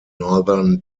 northern